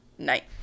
night